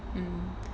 hmm